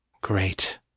Great